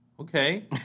okay